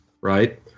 Right